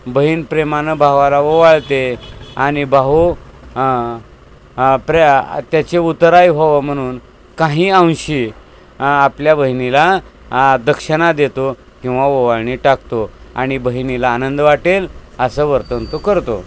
बहीण प्रेमानं भावाला ओवाळते आणि भाऊ प्रया त्याचे उतराई व्हावं म्हणून काही अंशी आपल्या बहिणीला दक्षिणा देतो किंवा ओवाळणी टाकतो आणि बहिणीला आनंद वाटेल असं वर्तन तो करतो